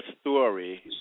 story